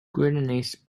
greediness